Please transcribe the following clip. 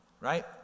right